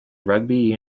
rugby